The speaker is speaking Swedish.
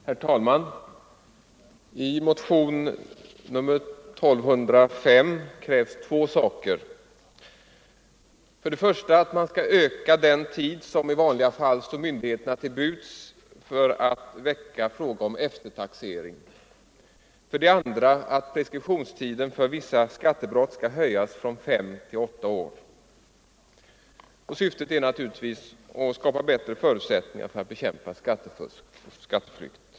Herr talman! I motionen 1205 år 1974 krävs två saker, nämligen för det första att man skall öka den tid som i vanliga fall står myndigheterna till buds för att väcka fråga om eftertaxering och för det andra att preskriptionstiden för vissa skattebrott skall höjas från fem till åtta år. Syftet är naturligtvis att skapa bättre förutsättningar för att bekämpa skattefusk och skatteflykt.